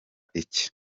iki